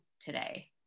today